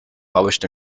published